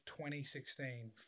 2016